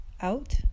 out